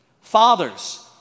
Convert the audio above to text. Fathers